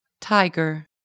Tiger